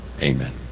Amen